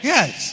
Yes